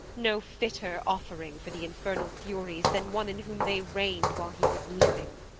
no fitter offing for the infernal furies, than one in whom they reign'd while he was living.